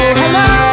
hello